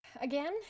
Again